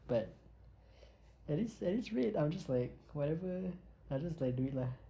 but at this at this rate I'm just like whatever I'll just like do it lah